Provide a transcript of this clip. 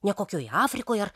ne kokioj afrikoj ir